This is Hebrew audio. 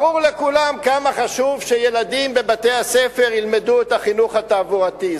ברור לכולם כמה חשוב שילדים בבתי-הספר ילמדו חינוך תעבורתי.